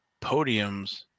podiums